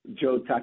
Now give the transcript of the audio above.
Joe